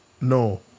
No